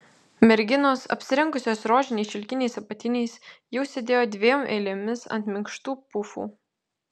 merginos apsirengusios rožiniais šilkiniais apatiniais jau sėdėjo dviem eilėmis ant minkštų pufų